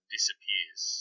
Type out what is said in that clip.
disappears